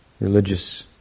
religious